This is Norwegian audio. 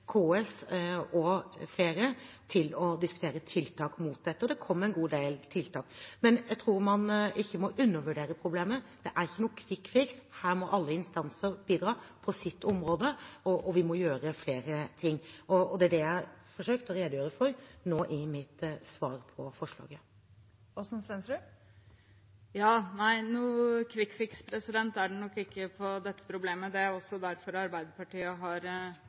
KS og flere for å diskutere tiltak mot dette, og det kom en god del tiltak. Men jeg tror man ikke må undervurdere problemet. Det er ingen kvikkfiks. Her må alle instanser bidra på sitt område og vi må gjøre flere ting, og det er det jeg har forsøkt å redegjøre for nå i mitt svar på forslaget. Nei, noen kvikkfiks er det nok ikke på dette problemet. Det er også derfor Arbeiderpartiet har